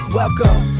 Welcome